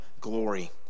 glory